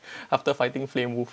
after fighting flame wolf